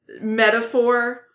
metaphor